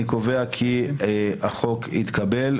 הצבעה ההסתייגות נדחתה.